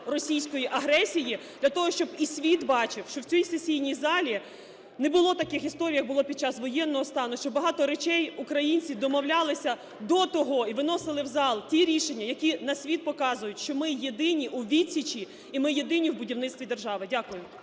російської агресії для того, щоб і світ бачив, що в цій сесійній залі не було таких історій, як було під час воєнного стану, що багато речей українці домовлялися до того і виносили в зал ті рішення, які на світ показують, що ми єдині у відсічі і ми єдині в будівництві держави. Дякую.